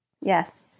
Yes